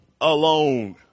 alone